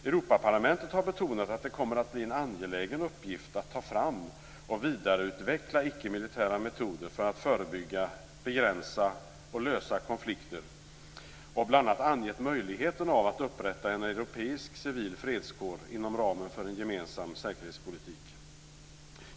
Europaparlamentet har betonat att det kommer att bli en angelägen uppgift att ta fram och vidareutveckla icke-militära metoder för att förebygga, begränsa och lösa konflikter och bl.a. angett möjligheten att upprätta en europeisk civil fredskår inom ramen för en gemensam säkerhetspolitik.